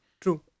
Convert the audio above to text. True